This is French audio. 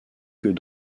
que